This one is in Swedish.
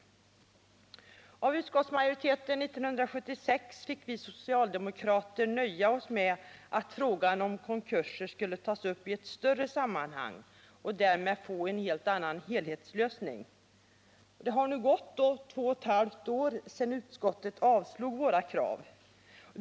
Enligt utskottsmajoriteten fick vi socialdemokrater 1976 nöja oss med att frågan om konkurser skulle tas upp i ett större sammanhang och därmed få en helhetslösning. Det har nu gått två och ett halvt år sedan utskottet avstyrkte våra krav.